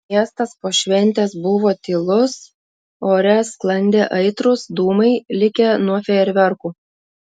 miestas po šventės buvo tylus ore sklandė aitrūs dūmai likę nuo fejerverkų